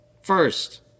first